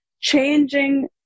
changing